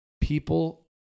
people